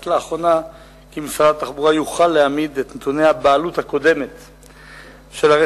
כי משרד התחבורה יוכל להעמיד את נתוני